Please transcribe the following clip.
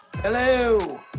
Hello